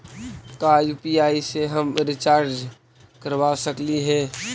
का यु.पी.आई से हम रिचार्ज करवा सकली हे?